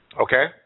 Okay